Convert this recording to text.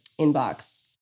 inbox